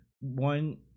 one